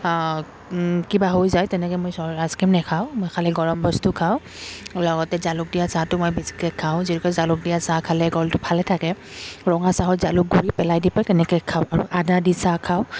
কিবা হৈ যায় তেনেকৈ মই চ আইচক্ৰীম নাখাওঁ মই খালি গৰম বস্তু খাওঁ লগতে জালুক দিয়া চাহটো মই বেছিকৈ খাওঁ যিহেতু জালুক দিয়া চাহ খালে গলটো ভালে থাকে ৰঙা চাহত জালুক গুৰি পেলাই দি পাই তেনেকৈ খাওঁ আৰু আদা দি চাহ খাওঁ